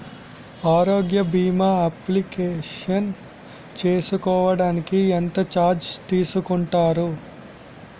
ఆరోగ్య భీమా అప్లయ్ చేసుకోడానికి ఎంత చార్జెస్ తీసుకుంటారు?